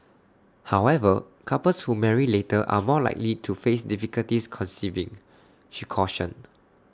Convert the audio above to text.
however couples who marry later are more likely to face difficulties conceiving she cautioned